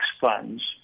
funds